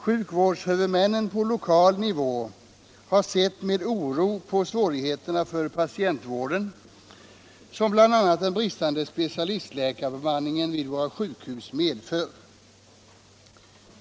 Sjukvårdshuvudmännen på lokal nivå har sett med oro på svårigheterna för patientvården, som bl.a. den bristande specialistläkarbemanningen vid våra sjukhus medför.